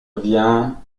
viens